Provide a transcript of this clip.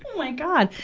my god!